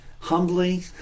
Humbly